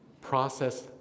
process